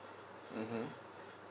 mmhmm